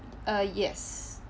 uh yes